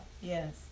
yes